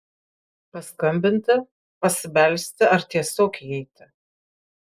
paskambinti pasibelsti ar tiesiog įeiti